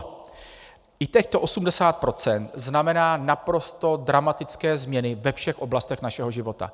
I těchto 80 % znamená naprosto dramatické změny ve všech oblastech našeho života.